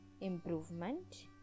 improvement